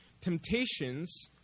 temptations